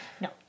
No